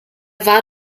war